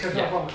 yup